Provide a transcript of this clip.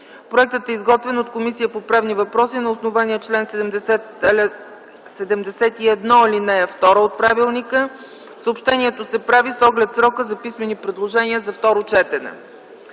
Проектът е изготвен от Комисията по правни въпроси на основание чл. 71, ал. 2 от Правилника. Съобщението се прави с оглед срока за писмени предложения за второ четене.